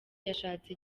yashatse